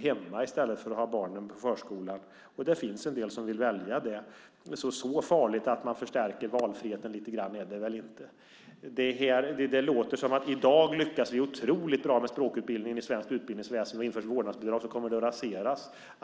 hemma med barnen i stället för ha dem på förskolan, och det finns en del som vill det. Så farligt är det väl inte att man förstärker valfriheten lite grann? Det låter som att vi i dag lyckas otroligt bra med språkutbildningen inom svenskt utbildningsväsende och att vi om vi inför vårdnadsbidrag kommer att rasera detta.